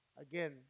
Again